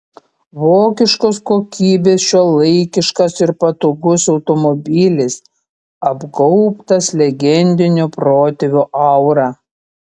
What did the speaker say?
vokiškos kokybės šiuolaikiškas ir patogus automobilis apgaubtas legendinio protėvio aura